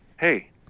hey